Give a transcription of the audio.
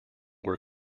were